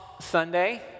Sunday